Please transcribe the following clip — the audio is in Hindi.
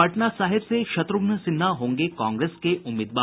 पटना साहिब से शत्रुघ्न सिन्हा होंगेे कांग्रेस के उम्मीदवार